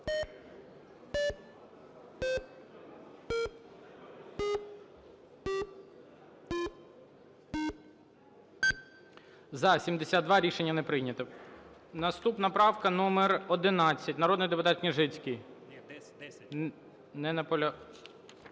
За-72 Рішення не прийнято. Наступна правка номер 11, народний депутат Княжицький. Не